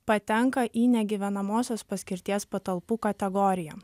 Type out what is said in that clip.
patenka į negyvenamosios paskirties patalpų kategoriją